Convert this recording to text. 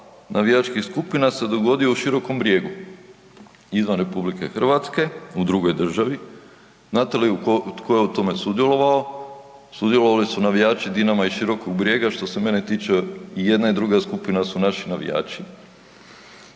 navijačkih skupina se dogodio u Širokom Brijegu, izvan RH, u drugoj državi, znate li tko je u tome sudjelovao? Sudjelovali su navijači Dinama i Širokog Brijega, što se mene tiče, i jedna i druga skupina su naši navijači.